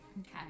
Okay